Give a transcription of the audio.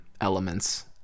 Elements